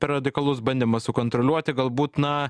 per radikalus bandymas sukontroliuoti galbūt na